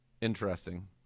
interesting